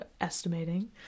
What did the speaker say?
estimating